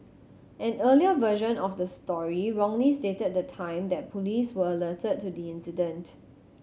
an earlier version of the story wrongly stated the time that police were alerted to the incident